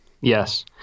Yes